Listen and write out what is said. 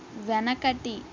వెనకటి